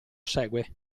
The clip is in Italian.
segue